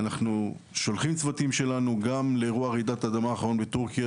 אנחנו שולחים צוותים שלנו גם לאירוע רעידת האדמה האחרון בטורקיה.